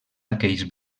aquells